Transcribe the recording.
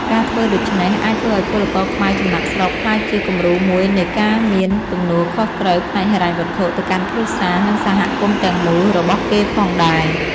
ការធ្វើដូច្នេះ អាចធ្វើឱ្យពលករខ្មែរចំណាកស្រុកក្លាយជាគំរូមួយនៃការមានទំនួលខុសត្រូវផ្នែកហិរញ្ញវត្ថុទៅកាន់គ្រួសារ និងសហគមន៍ទាំងមូលរបស់គេផងដែរ។